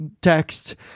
text